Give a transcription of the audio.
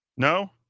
No